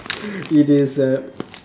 it is a